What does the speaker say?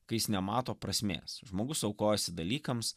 kai jis nemato prasmės žmogus aukojasi dalykams